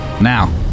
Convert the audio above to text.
now